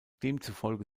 demzufolge